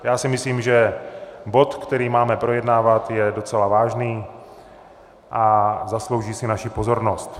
Já si myslím, že bod, který máme projednávat, je docela vážný a zaslouží si naši pozornost.